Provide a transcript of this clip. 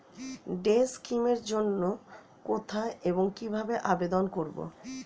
Day scheme এর জন্য কোথায় এবং কিভাবে আবেদন করব?